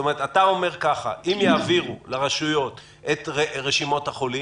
אתה אומר כך: אם יעבירו לרשויות המקומיות את רשימות החולים,